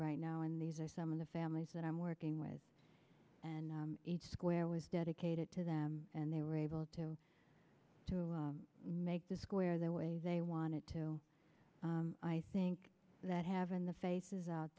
right now and these are some of the families that i'm working with and each square was dedicated to them and they were able to make the square the way they wanted to i think that having the faces out